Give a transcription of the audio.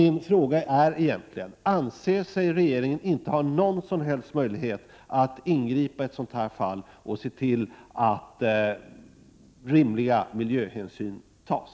Min fråga är egentligen: Anser sig regeringen inte ha någon som helst möjlighet att ingripa i ett sådant här fall och se till att rimliga miljöhänsyn tas?